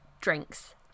drinks